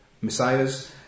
Messiahs